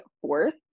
fourth